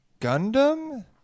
Gundam